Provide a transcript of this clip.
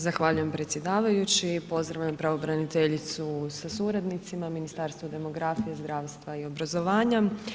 Zahvaljujem predsjedavajući, pozdravljam pravobraniteljicu sa suradnicima Ministarstva demografije, zdravstva i obrazovanja.